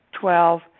Twelve